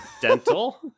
dental